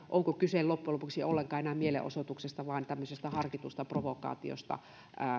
onko kyse loppujen lopuksi ollenkaan enää mielenosoituksesta vaan tämmöisestä harkitusta provokaatiosta